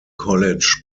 college